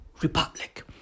republic